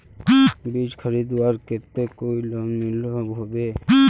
बीज खरीदवार केते कोई लोन मिलोहो होबे?